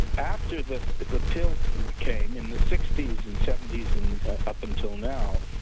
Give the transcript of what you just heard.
after the the pill came in the sixty s and seventy s and up until now,